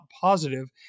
positive